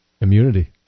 Immunity